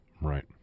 right